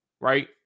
Right